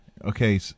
Okay